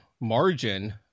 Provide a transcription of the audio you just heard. margin